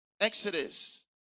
Exodus